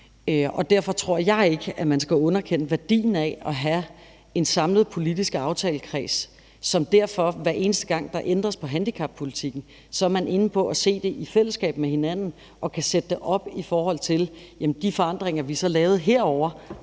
Derfor tror jeg ikke, at vi skal underkende værdien af at have en samlet politisk aftalekreds, hvor man, hver eneste gang der ændres på handicappolitikken, er inde og se på det i fællesskab med hinanden og kan sætte det op i forhold til nogle forandringer et sted, og